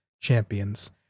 champions